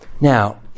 Now